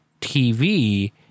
TV